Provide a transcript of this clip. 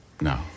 no